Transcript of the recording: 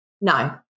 no